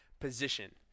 position